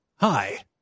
Hi